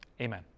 Amen